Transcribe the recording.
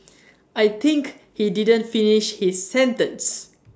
I think he didn't finish his sentence